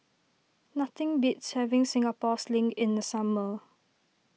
nothing beats having Singapore Sling in the summer